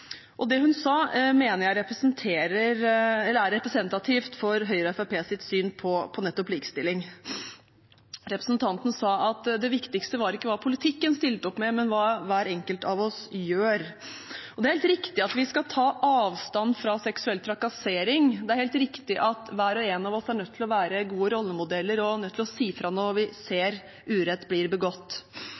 Og det hun sa, mener jeg er representativt for Høyre og Fremskrittspartiets syn på nettopp likestilling. Representanten sa at det viktigste var ikke hva politikken stiller opp med, men hva hver enkelt av oss gjør. Det er helt riktig at vi skal ta avstand fra seksuell trakassering. Det er helt riktig at hver og en av oss er nødt til å være gode rollemodeller og er nødt til å si fra når vi ser at urett blir begått.